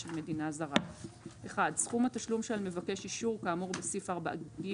של מדינה זרה 1. סכום התשלום שעל מבקש אישור כאמור בסעיף 4(ג)